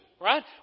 right